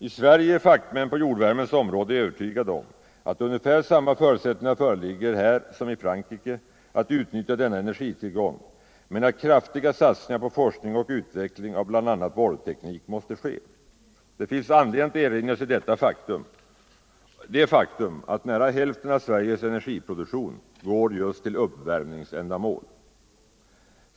I Sverige är fackmän på jordvärmens område övertygade om att ungefär samma förutsättningar föreligger här som i Frankrike att utnyttja denna energitillgång men att kraftiga satsningar på forskning och utveckling av bl.a. borrteknik måste ske. Det finns anledning att erinra sig det faktum att nära hälften av Sveriges energiproduktion går just till uppvärmningsändamål.